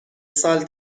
سال